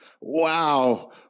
Wow